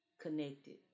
connected